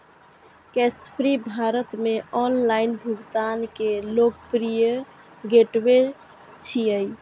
Cashfree Bharat मे online भुगतान के लोकप्रिय गेटवे छियै